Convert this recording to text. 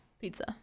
Pizza